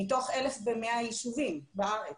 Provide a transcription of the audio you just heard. מתוך 1,100 יישובים בארץ,